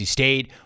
State